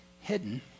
hidden